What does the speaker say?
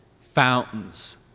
fountains